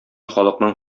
халыкның